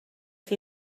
chi